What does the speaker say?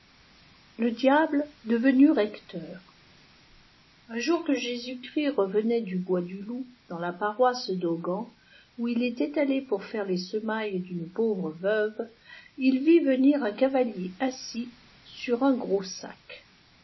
le diable devenu recteur un jour que jus ghrisl revenait du hoii du loup dans la paroisse daugan ou il était allé pour faire les semailles d une pauvre veuve il vit venir un cavalier assis sur un gros sac